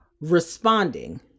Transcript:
responding